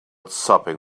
sopping